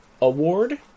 award